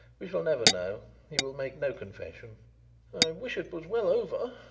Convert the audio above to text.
we shall never know he will make no confession. i wish it was well over,